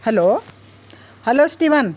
hello hello steven